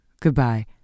Goodbye